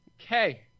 okay